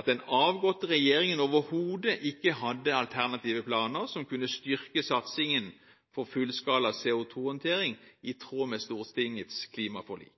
at den avgåtte regjeringen overhodet ikke hadde alternative planer som kunne styrke satsingen på fullskala CO2-håndtering i tråd med Stortingets klimaforlik.